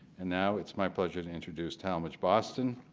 and now it's my pleasure to introduce talmage boston.